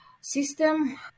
system